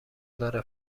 داره